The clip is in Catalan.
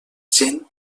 gent